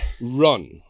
run